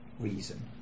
reason